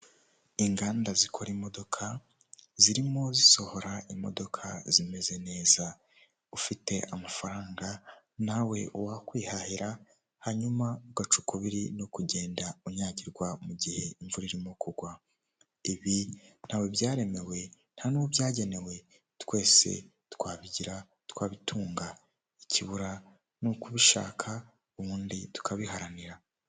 Inganda zikora imodoka zirimo zisohora imodoka zimeze neza, ufite amafaranga nawe uwakwihahira hanyuma ugaca ukubiri no kugenda unyagirwa mu gihe imvura irimo kugwa, ibi ntawe byaremewe nta n'uwo byagenewe twese twabigira twabitunga, ikibura ni ukubishaka ubundi tukabiharanira.